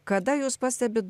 kada jūs pastebit